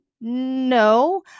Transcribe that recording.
No